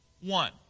One